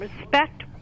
respect